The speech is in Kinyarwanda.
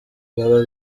baba